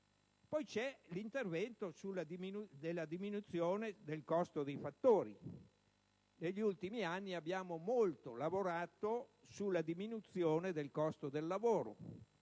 Vi è poi la diminuzione del costo dei fattori. Negli ultimi anni abbiamo molto lavorato sulla diminuzione del costo del lavoro;